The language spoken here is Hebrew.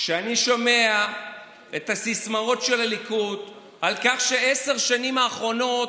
כשאני שומע את הסיסמאות של הליכוד על כך שעשר השנים האחרונות,